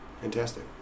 Fantastic